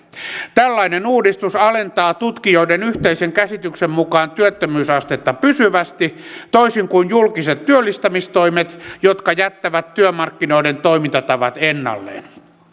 tällainen uudistus alentaa tutkijoiden yhteisen käsityksen mukaan työttömyysastetta pysyvästi toisin kuin julkiset työllistämistoimet jotka jättävät työmarkkinoiden toimintatavat ennalleen